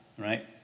right